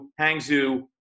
Hangzhou